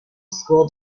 school